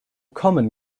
common